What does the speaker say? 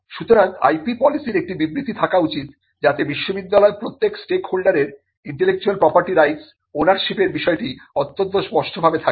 সুতরাং IP পলিসির একটি বিবৃতি থাকা উচিত যাতে বিশ্ববিদ্যালয়ের প্রত্যেক স্টেকহোল্ডারের ইন্টেলেকচুয়াল প্রপার্টি রাইটস ওনারশিপ এর বিষয়টি অত্যন্ত স্পষ্টভাবে থাকে